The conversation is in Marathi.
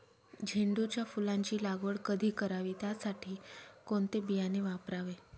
झेंडूच्या फुलांची लागवड कधी करावी? त्यासाठी कोणते बियाणे वापरावे?